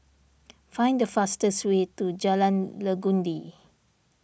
find the fastest way to Jalan Legundi